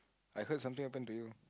I heard something happen to you